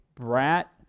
brat